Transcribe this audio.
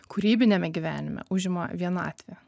kūrybiniame gyvenime užima vienatvė